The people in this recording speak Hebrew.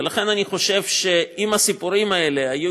ולכן אני חושב שאם הסיפורים האלה היו